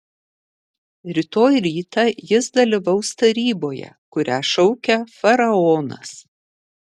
rytoj rytą jis dalyvaus taryboje kurią šaukia faraonas